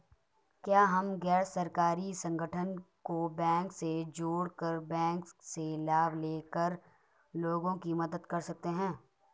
क्या हम गैर सरकारी संगठन को बैंक से जोड़ कर बैंक से लाभ ले कर लोगों की मदद कर सकते हैं?